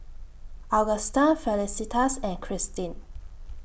Augusta Felicitas and Christine